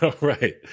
right